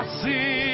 see